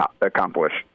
accomplished